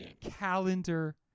calendar